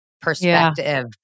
perspective